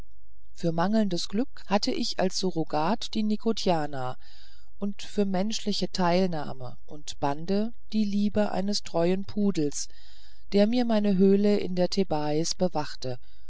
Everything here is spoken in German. für mangelndes glück hatt ich als surrogat die nicotiana und für menschliche teilnahme und bande die liebe eines treuen pudels der mir meine höhle in der thebais bewachte